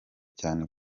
cyane